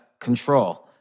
control